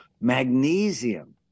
Magnesium